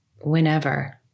whenever